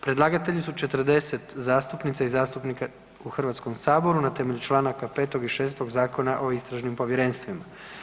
Predlagatelji su 40 zastupnica i zastupnika u Hrvatskom saboru na temelju članaka 5. i 6. Zakona o istražnim povjerenstvima.